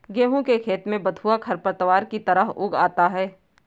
गेहूँ के खेत में बथुआ खरपतवार की तरह उग आता है